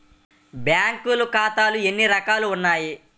బ్యాంక్లో ఖాతాలు ఎన్ని రకాలు ఉన్నావి?